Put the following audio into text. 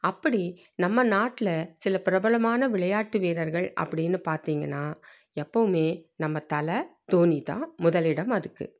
அப்படி நம்ம நாட்டில் சில பிரபலமான விளையாட்டு வீரர்கள் அப்படின்னு பார்த்தீங்கன்னா எப்பவும் நம்ம தலை தோனி தான் முதலிடம் அதுக்கு